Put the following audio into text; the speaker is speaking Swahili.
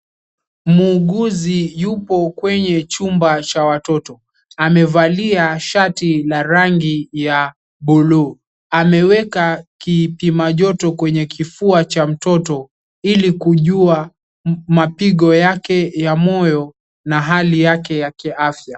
Muuguzi yupo kwenye chumba cha watoto, amevalia shati la rangi ya buluu. Ameweka kipima joto kwenye kifua cha mtoto ili kujua mapigo yake ya moyo na hali yake ya kiafya.